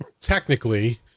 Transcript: Technically